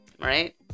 right